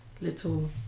Little